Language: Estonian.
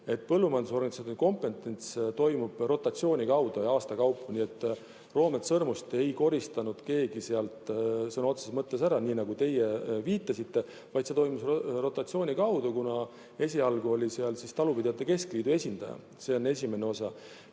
et põllumajandusorganisatsioonide kompetents toimub rotatsiooni kaudu ja aasta kaupa. Roomet Sõrmust ei koristanud keegi sealt sõna otseses mõttes ära, nagu teie viitasite, vaid see toimus rotatsiooni kaudu, kuna esialgu oli seal talupidajate keskliidu esindaja. See on [vastuse] esimene osa.